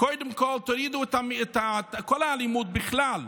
קודם כול תורידו את כל האלימות בכלל,